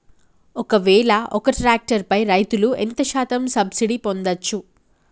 ఒక్కవేల ఒక్క ట్రాక్టర్ పై రైతులు ఎంత శాతం సబ్సిడీ పొందచ్చు?